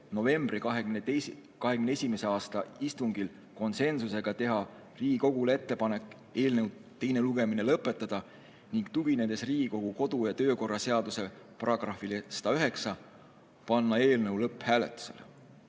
novembri istungil (konsensusega) teha Riigikogule ettepaneku eelnõu teine lugemine lõpetada, ning tuginedes Riigikogu kodu- ja töökorra seaduse §-le 109, panna eelnõu lõpphääletusele.